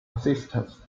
assistance